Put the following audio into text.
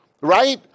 right